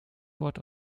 wort